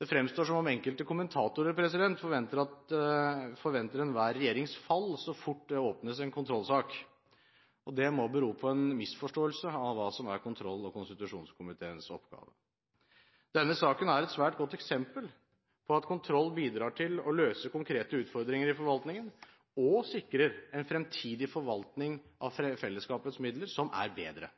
Det fremstår som om enkelte kommentatorer forventer enhver regjerings fall så fort det åpnes en kontrollsak. Det må bero på en misforståelse av hva som er kontroll- og konstitusjonskomiteens oppgave. Denne saken er et svært godt eksempel på at kontroll bidrar til å løse konkrete utfordringer i forvaltningen og sikrer en fremtidig forvaltning av fellesskapets midler som er bedre.